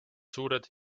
suured